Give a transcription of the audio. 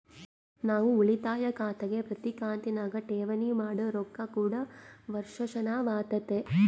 ನಾವು ಉಳಿತಾಯ ಖಾತೆಗೆ ಪ್ರತಿ ಕಂತಿನಗ ಠೇವಣಿ ಮಾಡೊ ರೊಕ್ಕ ಕೂಡ ವರ್ಷಾಶನವಾತತೆ